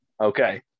Okay